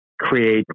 create